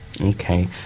Okay